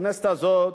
הכנסת הזאת,